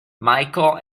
micheal